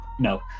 No